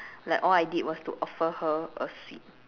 like all I did was to offer her a seat